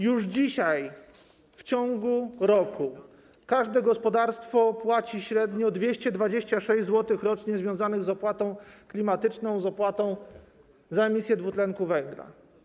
Już dzisiaj w ciągu roku każde gospodarstwo płaci średnio 226 zł w związku z opłatą klimatyczną, z opłatą za emisję dwutlenku węgla.